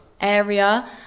area